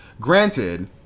Granted